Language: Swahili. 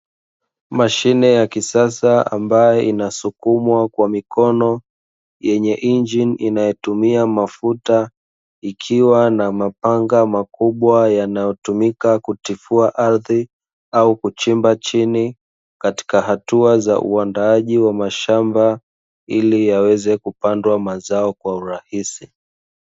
Mashine ya kisasa amabayo inasukumwa kwa mikono, inayo injini inayotumia mafuta, ikiwa na mapanga makubwa yanayotumika kutifua ardhi au kuchimba chini katika hatua za huandaaji wa mashamba ili yaweze kupandwa mazao kwa urahisi.